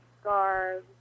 scarves